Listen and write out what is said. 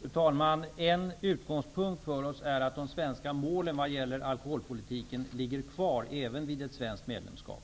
Fru talman! En utgångspunkt för oss är att de svenska målen vad gäller alkoholpolitiken ligger kvar även vid ett svenskt medlemskap.